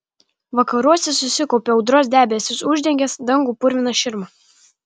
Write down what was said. vakaruose susikaupę audros debesys uždengė dangų purvina širma